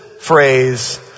phrase